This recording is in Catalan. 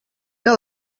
era